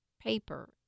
paper